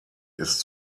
ist